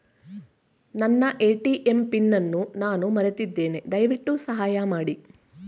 ನನ್ನ ATM PIN ಅನ್ನು ನಾನು ಮರೆತಿದ್ದೇನೆ, ದಯವಿಟ್ಟು ಸಹಾಯ ಮಾಡಿ